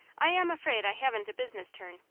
i am afraid i haven't a business turn,